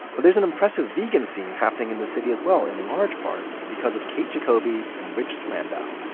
but there's an impressive vegan scene happening in the city as well in large part because of kate jacoby and rich landau.